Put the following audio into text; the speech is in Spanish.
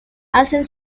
hacen